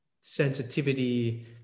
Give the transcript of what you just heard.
sensitivity